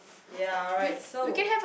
ya alright so